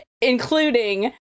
including